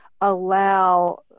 allow